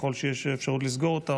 ככל שיש אפשרות לסגור אותה,